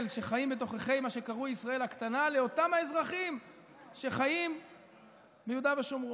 שחיים בתוככי מה שקרוי "ישראל הקטנה" לאותם אזרחים שחיים ביהודה ושומרון,